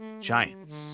Giants